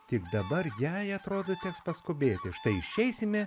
tik dabar jai atrodo teks paskubėti štai išeisime